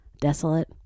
desolate